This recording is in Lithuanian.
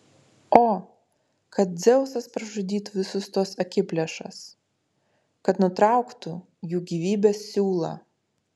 o kad dzeusas pražudytų visus tuos akiplėšas kad nutrauktų jų gyvybės siūlą